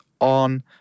on